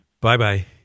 Bye-bye